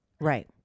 Right